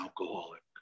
alcoholic